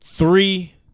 Three